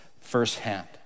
firsthand